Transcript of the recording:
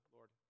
Lord